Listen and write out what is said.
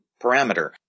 parameter